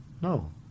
No